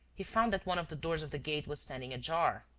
he found that one of the doors of the gate was standing ajar.